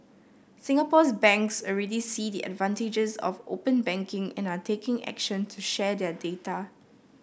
Singapore's banks already see the advantages of open banking and are taking action to share their data